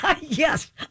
Yes